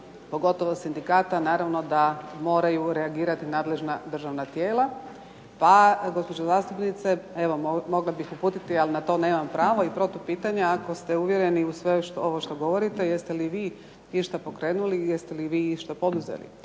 pogotovo sindikata, naravno da moraju reagirati nadležna državna tijela pa gospođo zastupnice, evo mogla bih uputiti, ali na to nema pravo i protupitanje, ako ste uvjereni u sve ovo što govorite, jeste li vi išta pokrenuli i jeste li vi išta poduzeli.